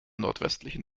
nordwestlichen